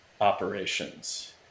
operations